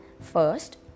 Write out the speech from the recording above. First